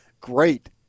great